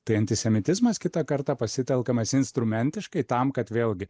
tai antisemitizmas kitą kartą pasitelkdamas instrumentiškai tam kad vėlgi